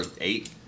eight